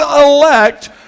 elect